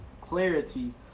clarity